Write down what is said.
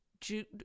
Jude